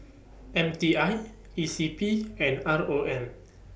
M T I E C P and R O M